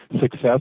success